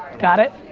got it?